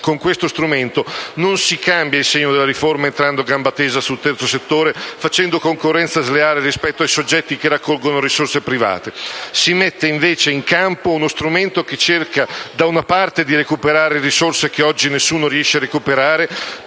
con questo strumento non si cambia il segno della riforma, entrando a gamba tesa sul terzo settore e facendo concorrenza sleale rispetto ai soggetti che raccolgono risorse private. Si mette invece in campo uno strumento che cerca da una parte di recuperare risorse che oggi nessuno riesce a recuperare,